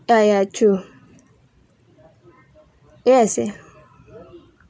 ya ya true yes yes